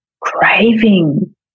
craving